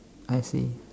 I see